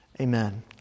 Amen